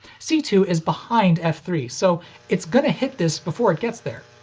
c two is behind f three so it's gonna hit this before it gets there.